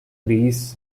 priests